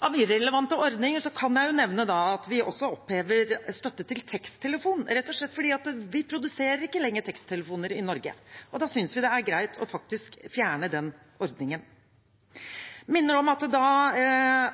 Av irrelevante ordninger kan jeg nevne at vi også opphever støtte til teksttelefon, rett og slett fordi vi ikke lenger produserer teksttelefoner i Norge, og da synes vi det er greit faktisk å fjerne den ordningen. Jeg minner om at da